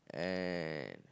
and